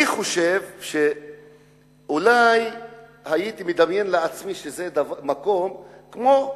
אני חושב שאולי הייתי מדמיין לעצמי שזה מקום כמו,